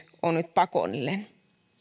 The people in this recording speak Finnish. on nyt pakollinen